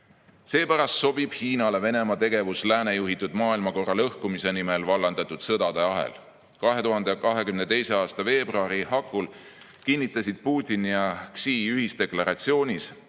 kasutades. Seepärast sobib Hiinale Venemaa tegevus ehk lääne juhitud maailmakorra lõhkumise nimel vallandatud sõdade ahel. 2022. aasta veebruari hakul kinnitasid Putin ja Xi ühisdeklaratsioonis,